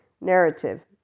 narrative